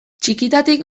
txikitatik